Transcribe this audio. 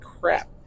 crap